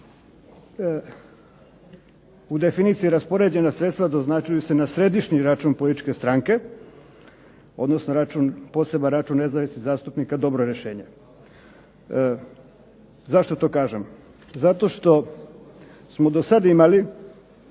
u definiciji raspoređena sredstva doznačuju se na središnji račun političke stranke odnosno poseban račun nezavisnih zastupnika dobro je rješenje. Zašto to kažem? Zato što smo do sada imali